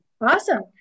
Awesome